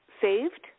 saved